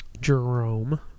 Jerome